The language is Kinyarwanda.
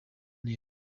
neza